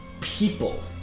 people